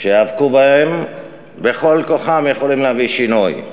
שייאבקו בהן בכל כוחם יכולים להביא שינוי.